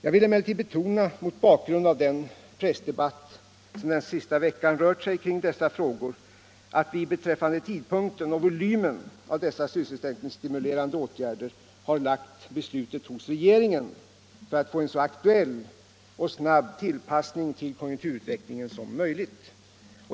Jag vill emellertid betona, mot bakgrund av den pressdebatt som den senaste veckan rört sig kring dessa frågor, att vi beträffande tidpunkten för och volymen av dessa sysselsättningsstimulerande åtgärder har lagt beslutet hos regeringen för att få en så aktuell och snabb tillpassning till konjunkturutvecklingen som möjligt.